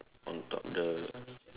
on top the